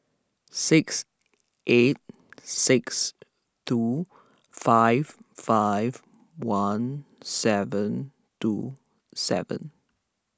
six eight six two five five one seven two seven